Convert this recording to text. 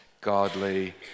godly